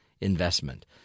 investment